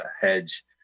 hedge